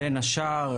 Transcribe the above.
בין השאר: